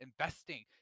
investing